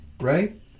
right